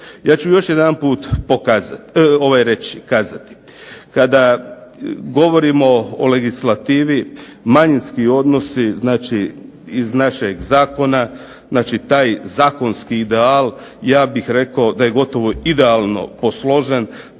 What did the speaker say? Ja ću još jedanput reći, kazati, kada govorimo o legislativi, manjinski odnosi iz našeg Zakona, znači taj zakonski ideal ja bih rekao da je gotovo idealno posložen,